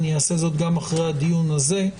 אני אעשה זאת גם אחרי הדיון הזה.